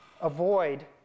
avoid